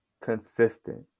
consistent